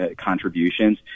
contributions